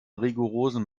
rigorosen